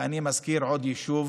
ואני מזכיר עוד יישוב